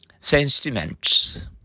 sentiments